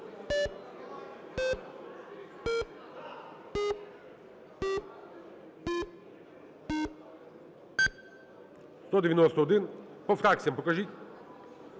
За-191 По фракціям покажіть.